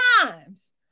times